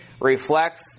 reflects